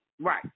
Right